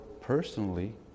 personally